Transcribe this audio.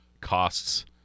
Costs